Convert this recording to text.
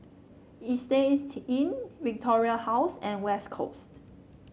Istay Inn Victoria House and West Coast